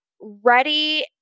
ready